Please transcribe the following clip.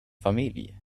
familj